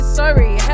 sorry